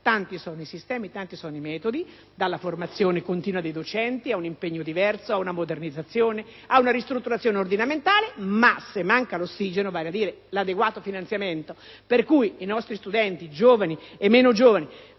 sistemi ed i metodi, però, sono tanti, dalla formazione continua dei docenti ad un impegno diverso, da una modernizzazione ad una ristrutturazione ordinamentale. Il problema è che manca l'ossigeno, vale a dire l'adeguato finanziamento, tanto che i nostri studenti, giovani e meno giovani,